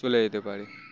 চলে যেতে পারে